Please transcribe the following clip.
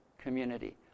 community